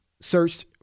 searched